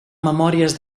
memòries